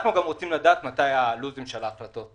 אנחנו רוצים לדעת מה הלו"ז של ההחלטות.